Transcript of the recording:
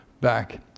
back